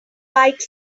like